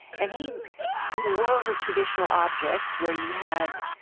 and he in the world of traditional objects where you had